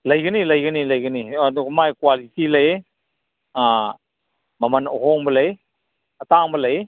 ꯂꯩꯒꯅꯤ ꯂꯩꯒꯅꯤ ꯂꯩꯒꯅꯤ ꯑꯗꯣ ꯃꯥꯏ ꯀ꯭ꯋꯥꯂꯤꯇꯤ ꯂꯩꯌꯦ ꯃꯃꯟ ꯑꯍꯣꯡꯕ ꯂꯩ ꯑꯇꯥꯡꯕ ꯂꯩ